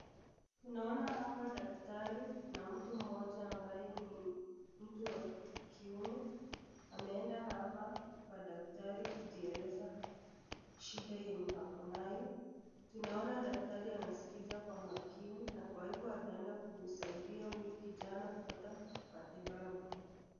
Tunaona hapa daktari na mtu mmoja ambaye ni mtu wa kiume ameenda hapa kwa daktari kujieleza shida enye ako nayo, naona daktari anaskiza kwa makini , na kwa hivo ataenda kusaidia huyu kijana kupata matibabu.